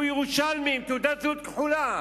והוא ירושלמי, עם תעודת זהות כחולה.